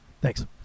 Thanks